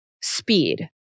speed